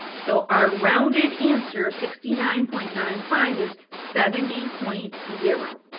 so our rounded answer, sixty nine point nine five is seventy point zero,